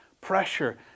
pressure